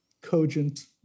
cogent